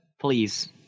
please